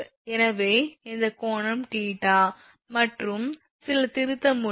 எனவே இந்த கோணம் தீட்டா மற்றும் சில திருத்தம் உள்ளது